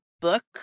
book